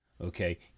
okay